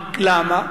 למה?